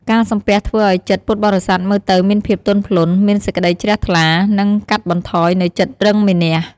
ការសំពះធ្វើឱ្យចិត្តពុទ្ធបរិស័ទមើលទៅមានភាពទន់ភ្លន់ មានសេចក្ដីជ្រះថ្លា និងកាត់បន្ថយនូវចិត្តរឹងមានះ។